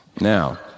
Now